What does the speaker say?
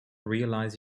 realize